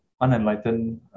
unenlightened